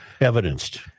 evidenced